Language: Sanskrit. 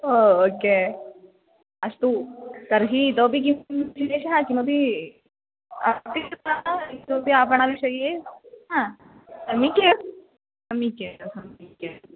ओ ओके अस्तु तर्हि इतोपि किं विशेषः किमपि अस्ति तथा इतोपि आपणविषये हा सम्यक् एव सम्यक् एव सम्यक् एव